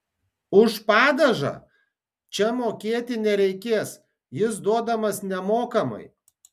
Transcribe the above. už padažą čia mokėti nereikės jis duodamas nemokamai